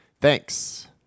Thanks